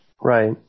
right